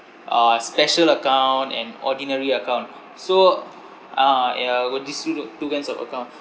uh special account and ordinary account so ah ya would distribute two kinds of account